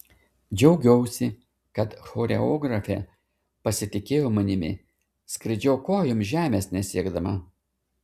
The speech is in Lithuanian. džiaugiausi kad choreografė pasitikėjo manimi skraidžiau kojom žemės nesiekdama